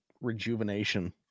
rejuvenation